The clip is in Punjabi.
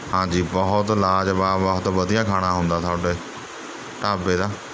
ਹਾਂਜੀ ਬਹੁਤ ਲਾਜਵਾਬ ਬਹੁਤ ਵਧੀਆ ਖਾਣਾ ਹੁੰਦਾ ਤੁਹਾਡੇ ਢਾਬੇ ਦਾ